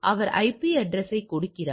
அவர் IP அட்ரசையைக் கொடுக்கிறார்